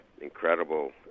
incredible